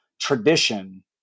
tradition